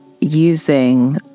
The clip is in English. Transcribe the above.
using